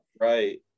right